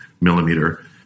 millimeter